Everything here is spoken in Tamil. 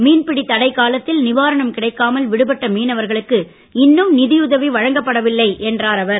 மீன்பிடித் தடைக்காலத்தில் நிவாரணம் கிடைக்காமல் விடுபட்ட மீனவர்களுக்கு இன்னும் நிதியுதவி வழங்கப்படவில்லை என்றார் அவர்